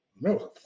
No